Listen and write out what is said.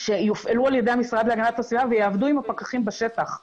שיופעלו על ידי המשרד להגנת הסביבה ויעבדו עם הפקחים בשטח,